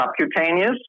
subcutaneous